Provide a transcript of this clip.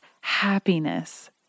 happiness